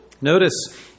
Notice